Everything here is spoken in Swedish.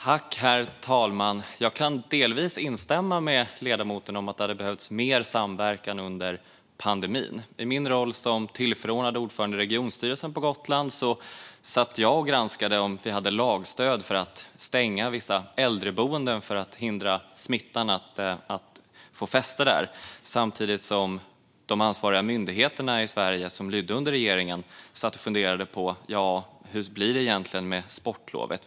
Herr talman! Jag kan delvis instämma med ledamoten om att det hade behövts mer samverkan under pandemin. I min roll som tillförordnad ordförande i regionstyrelsen på Gotland satt jag och granskade om vi hade lagstöd för att stänga vissa äldreboenden för att hindra smittan från att få fäste där. Samtidigt satt de ansvariga svenska myndigheterna, som lydde under regeringen, och funderade: "Hur blir det nu med sportlovet?